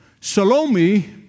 Salome